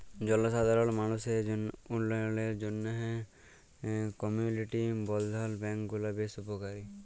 জলসাধারল মালুসের উল্ল্যয়লের জ্যনহে কমিউলিটি বলধ্ল ব্যাংক গুলা বেশ উপকারী